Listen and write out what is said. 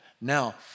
Now